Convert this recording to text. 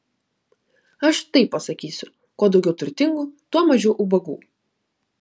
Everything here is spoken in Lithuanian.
aš taip pasakysiu kuo daugiau turtingų tuo mažiau ubagų